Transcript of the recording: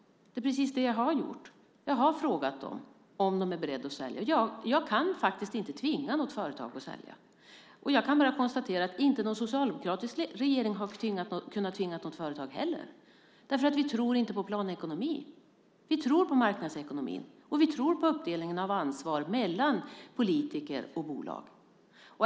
Det är precis det jag har gjort. Jag har frågat dem om de är beredda att sälja. Jag kan faktiskt inte tvinga något företag att sälja. Jag kan bara konstatera att ingen socialdemokratisk regering heller hade kunnat tvinga något företag, för vi tror inte på planekonomi. Vi tror på marknadsekonomin, och vi tror på uppdelning av ansvar mellan politiker och bolag.